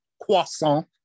croissant